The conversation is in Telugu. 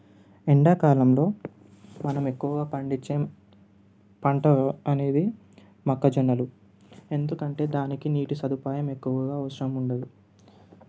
ఎండా కాలంలో మనం ఎక్కువగా పండించే పంటలు అనేవి మొక్క జొన్నలు ఎందుకంటే దానికి నీటి సదుపాయం ఎక్కువగా అవసరం ఉండదు